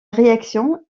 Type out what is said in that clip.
réaction